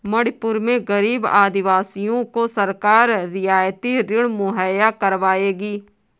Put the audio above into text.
मणिपुर के गरीब आदिवासियों को सरकार रियायती ऋण मुहैया करवाएगी